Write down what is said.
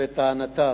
לטענתה,